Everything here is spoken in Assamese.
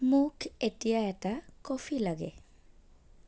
মোক এতিয়া এটা কফি লাগে